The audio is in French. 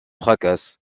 fracas